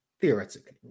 Theoretically